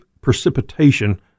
precipitation